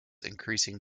increasing